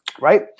right